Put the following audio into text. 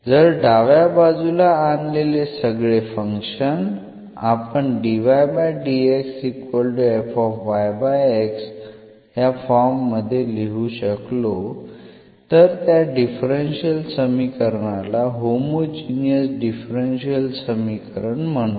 जर डाव्या बाजूला आणलेले सगळे फंक्शन आपण या फॉर्म मध्ये लिहू शकलो तर त्या डिफरन्शियल समीकरणाला होमोजिनियस डिफरन्शियल समीकरण म्हणू